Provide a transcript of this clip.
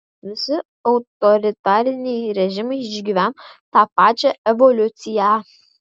visi autoritariniai režimai išgyvena tą pačią evoliuciją